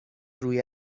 روی